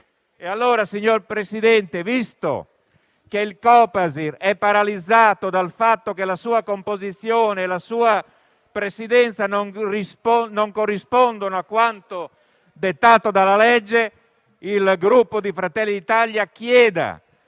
Signor Presidente, visto che il Copasir è paralizzato dal fatto che la sua composizione e la sua presidenza non corrispondono a quanto dettato dalla legge, il Gruppo Fratelli d'Italia chiede